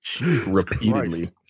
repeatedly